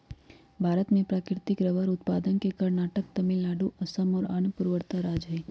भारत में प्राकृतिक रबर उत्पादक के कर्नाटक, तमिलनाडु, असम और अन्य पूर्वोत्तर राज्य हई